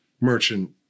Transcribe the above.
merchant